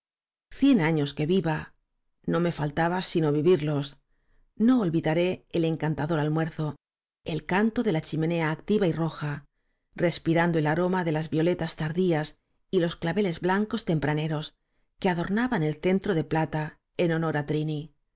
cien años que viva no me faltaba sino vivirlos no olvidaré el encantador almuerzo al canto de la chimenea activa y roja respirando el aroma de las violetas tardías y los claveles blancos tempraneros que adornaban el centro de plata en honor á trini